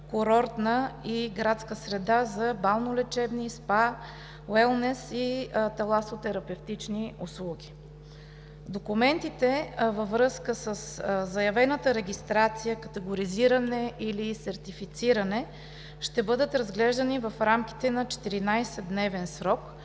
курортна и градска среда за балнеолечебни, СПА, уелнес и таласотерапевтични услуги. Документите във връзка със заявената регистрация, категоризиране или сертифициране ще бъдат разглеждани в рамките на 14-дневен срок